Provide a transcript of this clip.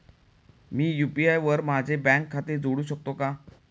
मी UPI वर माझे bank खाते जोडू शकतो का?